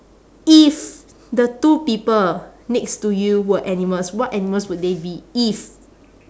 if the two people next to you were animals what animals would they be if